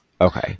Okay